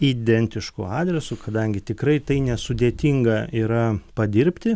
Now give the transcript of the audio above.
identišku adresu kadangi tikrai tai nesudėtinga yra padirbti